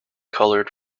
colored